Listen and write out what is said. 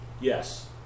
Yes